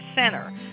Center